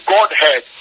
Godhead